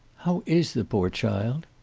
how is the poor child?